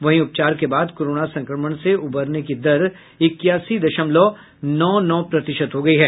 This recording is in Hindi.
वहीं उपचार के बाद कोरोना संक्रमण से उबरने की दर इक्यासी दशमलव नौ नौ प्रतिशत हो गई है